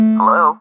Hello